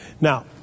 Now